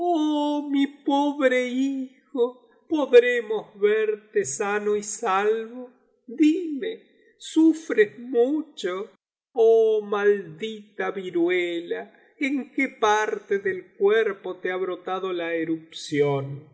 mi pobre hijo podremos verte sano y salvo dime sufres mucho oh maldita viruela en qué parte del cuerpo te ha brotado la erupción